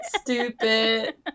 stupid